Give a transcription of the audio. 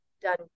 done